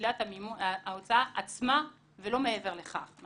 שלילת ההוצאה עצמה ולא מעבר לכך.